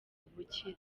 ubukira